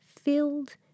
Filled